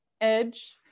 edge